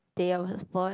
day I was born